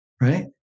right